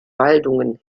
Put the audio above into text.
waldungen